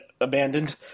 abandoned